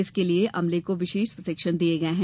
इसके लिए अमले को विशेष प्रशिक्षण दिये गये हैं